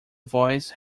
voice